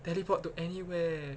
teleport to anywhere